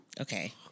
okay